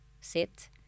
sit